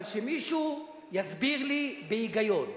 אבל שמישהו יסביר לי בהיגיון: